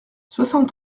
soixante